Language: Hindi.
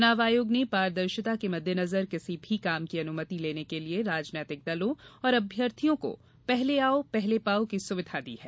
चुनाव आयोग ने पारदर्शिता के मद्देनजर किसी भी कार्य की अनुमति लेने के लिये राजनैतिक दलों और अभ्यर्थियों को पहले आओ पहले पाओ की सुविधा दी है